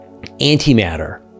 antimatter